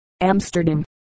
Amsterdam